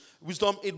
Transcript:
Wisdom